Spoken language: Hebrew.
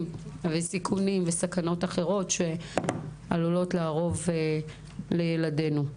וסכנות אחרות שעלולות לארוב לילדינו.